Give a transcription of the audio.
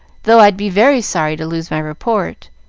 though i'd be very sorry to lose my report.